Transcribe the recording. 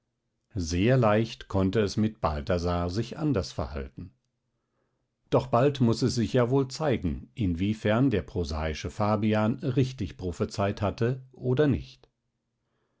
sehr leicht konnte es mit balthasar sich anders verhalten doch bald muß es sich ja wohl zeigen inwiefern der prosaische fabian richtig prophezeit hatte oder nicht